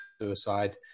suicide